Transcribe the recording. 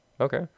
Okay